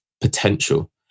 potential